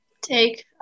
take